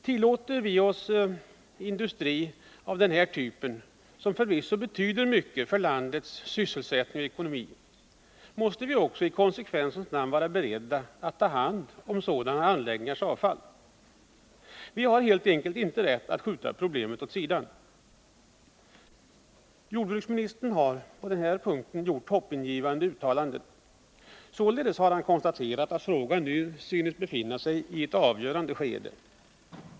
Tillåter vi oss att ha en industri av den här typen, som förvisso betyder mycket för landets sysselsättning och ekonomi, måste vi också i konsekvensens namn vara beredda att ta hand om sådana anläggningars avfall. Vi har helt enkelt inte rätt att skjuta problemet åt sidan. Jordbruksministern har också på den här punkten gjort hoppingivande uttalanden. Således har han konstaterat att frågan nu synes befinna sig i ett avgörande skede.